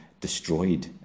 destroyed